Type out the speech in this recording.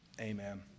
Amen